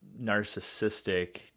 narcissistic